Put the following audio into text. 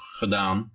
gedaan